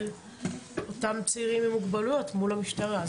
אותם צעירים עם מוגבלויות מול המשטרה.